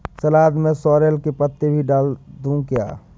सलाद में सॉरेल के पत्ते भी डाल दूं क्या?